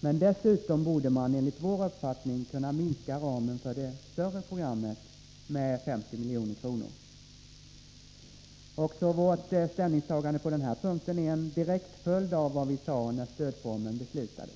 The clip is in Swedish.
Men dessutom borde man, enligt vår uppfattning, kunna minska ramen för det större programmet med 50 milj.kr. Också vårt ställningstagande på den här punkten är en direkt följd av vad vi sade när stödformen beslutades.